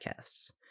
podcasts